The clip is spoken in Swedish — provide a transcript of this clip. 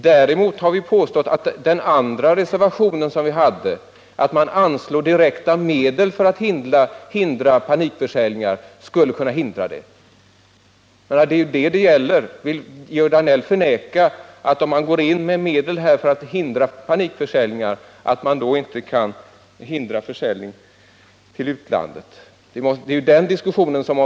Däremot har vi påstått att om man anslår direkta medel för att hindra panikförsäljningar, så är det ett verksamt medel. Det är detta det gäller. Vill Georg Danell förneka att man kan hindra försäljningar till utlandet på så sätt?